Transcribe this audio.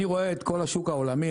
אני רואה את כל השוק העולמי,